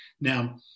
Now